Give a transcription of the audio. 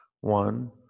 One